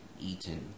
eaten